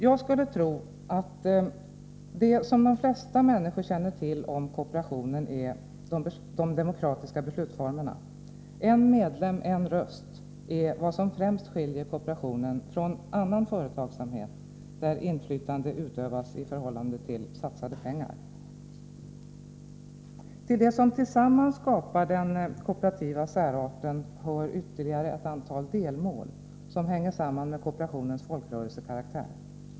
Jag skulle tro att det som de flesta människor känner till om kooperationen är de demokratiska beslutsformerna. En medlem — en röst är vad som främst skiljer kooperationen från annan företagsamhet, där inflytandet utövas i förhållande till satsade pengar. Till det som tillsammans skapar den kooperativa särarten hör ytterligare ett antal delmål, som hänger samman med kooperationens folkrörelsekaraktär.